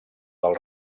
del